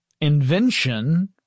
invention